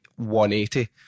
180